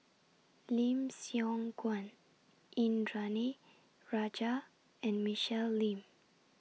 Lim Siong Guan Indranee Rajah and Michelle Lim